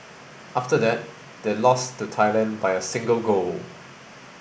after that they lost to Thailand by a single goal